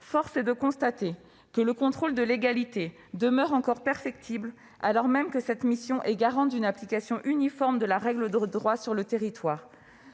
Force est de constater que le contrôle de légalité demeure encore perfectible, alors même que cette mission est garante d'une application uniforme de la règle de droit sur le territoire.